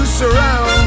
surround